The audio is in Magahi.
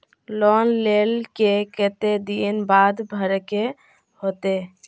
लोन लेल के केते दिन बाद भरे के होते?